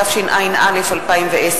התשע"א 2010,